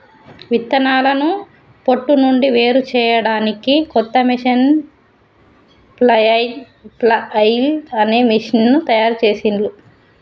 విత్తనాలను పొట్టు నుండి వేరుచేయడానికి కొత్త మెషీను ఫ్లఐల్ అనే మెషీను తయారుచేసిండ్లు